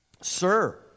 Sir